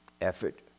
effort